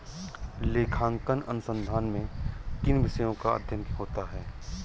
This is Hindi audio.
लेखांकन अनुसंधान में किन विषयों का अध्ययन होता है?